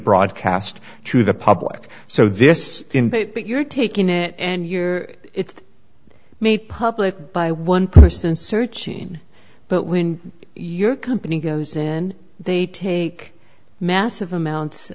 broadcast to the public so this you're taking it and you're it's made public by one person searching but when your company goes in they take massive amounts